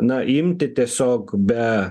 na imti tiesiog be